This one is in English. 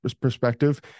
perspective